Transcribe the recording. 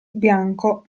bianco